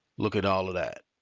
look at all of that.